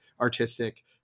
artistic